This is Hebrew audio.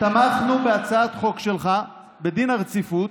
תמכנו בהצעת החוק שלך בדין הרציפות